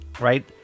right